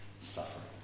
suffering